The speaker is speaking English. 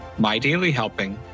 MyDailyHelping